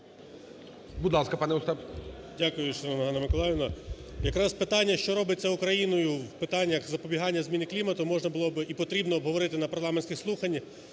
10:49:47 ЄДНАК О.В. Дякую, шановна Ганна Миколаївна. Якраз питання, що робиться Україною в питаннях запобігання зміни клімату, можна було б і потрібно обговорити на парламентських слуханнях.